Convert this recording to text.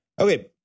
Okay